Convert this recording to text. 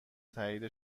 تایید